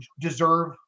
deserve